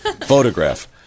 photograph